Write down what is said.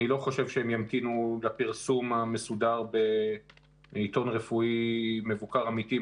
אני לא חושב שהם ימתינו לפרסום המסודר בעיתון רפואי מבוקר אמיתי,